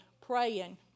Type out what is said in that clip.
praying